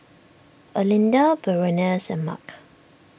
Erlinda Berenice and Mark